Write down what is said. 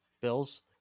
Bills